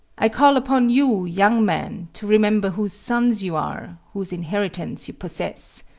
i call upon you, young men, to remember whose sons you are whose inheritance you possess.